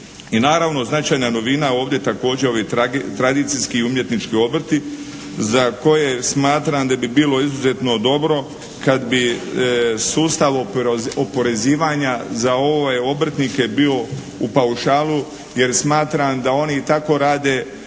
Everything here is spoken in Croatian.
I naravno značajna novina ovdje također ovi tradicijski i umjetnički obrti za koje smatram da bi bilo izuzetno dobro kad bi sustav oporezivanja za ove obrtnike bio u paušalu jer smatram da oni i tako rade sami